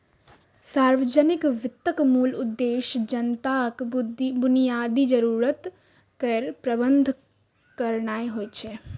सार्वजनिक वित्तक मूल उद्देश्य जनताक बुनियादी जरूरत केर प्रबंध करनाय होइ छै